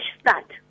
start